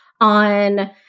on